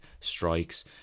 strikes